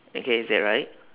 okay is that right